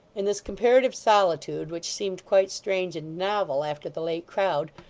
in this comparative solitude, which seemed quite strange and novel after the late crowd,